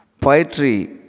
Poetry